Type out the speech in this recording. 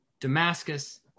Damascus